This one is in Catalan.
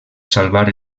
salvar